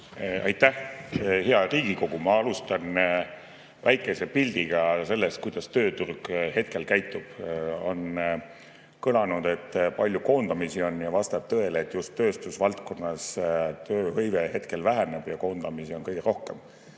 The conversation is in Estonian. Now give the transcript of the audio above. Aitäh! Hea Riigikogu! Ma alustan väikese pildiga sellest, kuidas tööturg hetkel käitub. On kõlanud, et on palju koondamisi, ja vastab tõele, et just tööstusvaldkonnas tööhõive hetkel väheneb ja koondamisi on kõige rohkem.